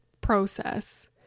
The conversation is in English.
process